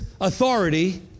authority